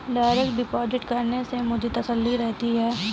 direct deposit करने से मुझे तसल्ली रहती है